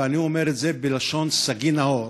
ואני אומר את זה בלשון סגי נהור,